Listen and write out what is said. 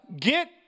get